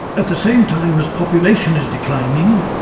at the same time as population is declining,